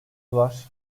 var